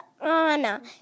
Anna